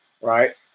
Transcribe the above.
right